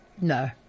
No